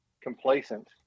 complacent